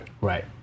Right